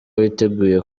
witeguye